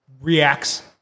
reacts